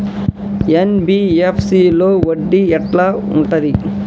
NBFC లో వడ్డీ ఎట్లా ఉంటది?